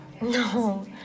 No